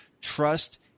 Trust